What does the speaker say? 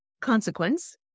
consequence